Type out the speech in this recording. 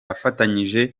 afatanyije